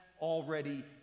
already